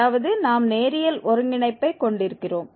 அதாவது நாம் நேரியல் ஒருங்கிணைப்பைக் கொண்டிருப்போம்